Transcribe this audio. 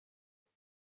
بروک